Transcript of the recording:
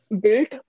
built